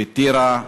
בטירה,